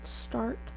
start